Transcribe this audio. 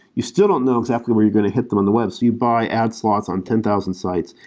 you still don't know exactly where you're going to hit them on the web, so you buy ad slots on ten thousand sites.